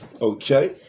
okay